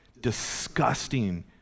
disgusting